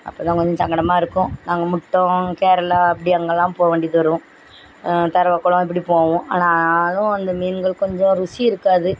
அப்போ தான் கொஞ்சம் சங்கடமாக இருக்கும் நாங்கள் முட்டம் கேரளா அப்படி அங்கெல்லாம் போகவேண்டிது வரும் தரவகுளம் இப்படி போவோம் ஆனால் அதுவும் அந்த மீன்கள் கொஞ்சம் ருசி இருக்காது